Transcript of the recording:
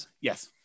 Yes